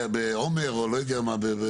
בעומר או לא יודע מה.